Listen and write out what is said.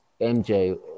MJ